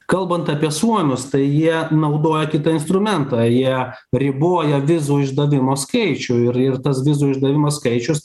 kalbant apie suomius tai jie naudoja kitą instrumentą jie riboja vizų išdavimo skaičių ir ir tas vizų išdavimo skaičius